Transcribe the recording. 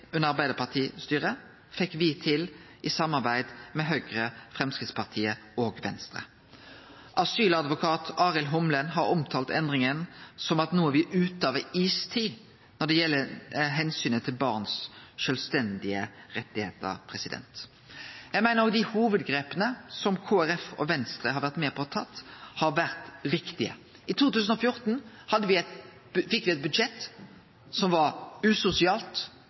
under Arbeidarparti-styret, fekk me til i samarbeid med Høgre, Framstegspartiet og Venstre. Asyladvokat Arild Humlen har omtalt endringa som at me no er ute av ei istid når det gjeld omsynet til barns sjølvstendige rettar. Eg meiner at dei hovudgrepa som Kristeleg Folkeparti og Venstre har vore med på å ta, har vore viktige. I 2014 fekk me eit budsjett som var usosialt.